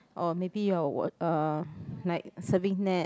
or maybe you are uh like surfing net